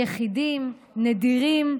יחידים, נדירים.